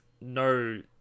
no